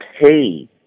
pay